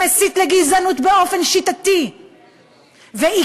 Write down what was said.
שמסית לגזענות באופן שיטתי ועקבי.